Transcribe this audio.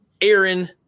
Aaron